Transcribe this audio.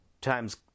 Time's